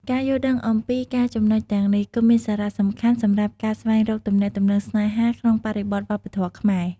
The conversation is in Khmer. ការយល់ដឹងអំពីចំណុចទាំងនេះ គឺមានសារៈសំខាន់សម្រាប់ការស្វែងរកទំនាក់ទំនងស្នេហាក្នុងបរិបទវប្បធម៌ខ្មែរ។